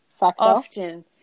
often